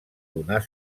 donar